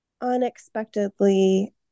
unexpectedly